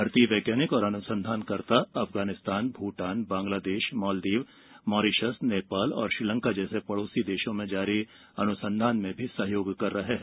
भारतीय वैज्ञानिक और अनुसंधानकर्ता अफगानिस्तान भूटान बांग्लादेश मालदीव मॉरिशस नेपाल और श्रीलंका जैसे पड़ोसी देशों में जारी अनुसंधान में सहयोग कर रहे हैं